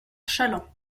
challans